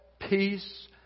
peace